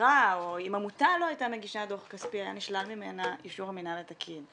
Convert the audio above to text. עמותה לא הייתה מגישה דוח כספי היה נשלל ממנה אישור המינהל התקין,